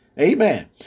Amen